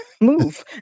Move